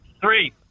Three